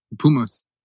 Pumas